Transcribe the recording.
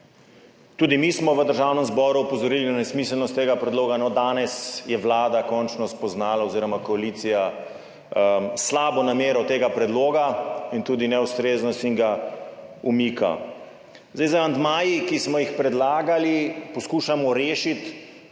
Tudi mi smo v Državnem zboru opozorili na nesmiselnost tega predloga. No danes je Vlada končno spoznala oziroma koalicija slabo namero tega predloga in tudi neustreznost in ga umika. 16. TRAK: (NB) – 13.15 (Nadaljevanje) Zdaj z amandmaji, ki smo jih predlagali, poskušamo rešiti